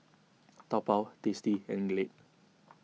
Taobao Tasty and Glade